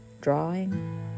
drawing